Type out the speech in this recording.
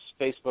Facebook